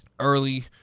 Early